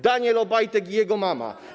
Daniel Obajtek i jego mama.